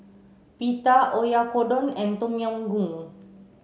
Pita Oyakodon and Tom Yam Goong